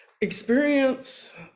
experience